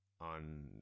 on